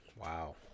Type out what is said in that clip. Wow